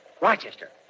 Rochester